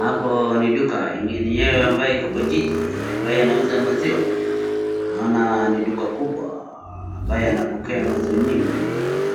Hapo ni duka enyewe ambayo iko kwa jiji ambaye inauza maziwa naona ni duka kubwa amabaye anapokea maziwa mingi